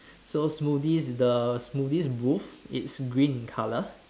so smoothies the smoothies booth it's green in colour